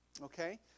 Okay